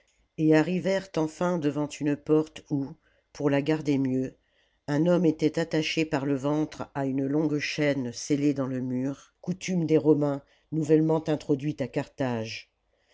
et arrivèrent enfin devant une porte où pour la garder mieux un homme était attaché par le ventre à une longue chaîne scellée dans le mur coutume des romains nouvellement mtroduite à carthage